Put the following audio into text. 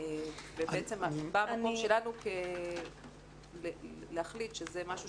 ובעצם בא המקום שלנו להחליט שזה משהו